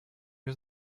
was